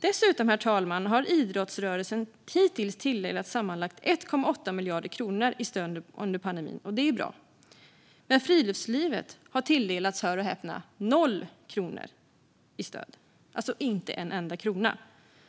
Dessutom, herr talman, har idrottsrörelsen hittills tilldelats sammanlagt drygt 1,8 miljarder kronor i stöd under pandemin. Det är bra. Men friluftslivet har, hör och häpna, inte tilldelats en enda krona i stöd.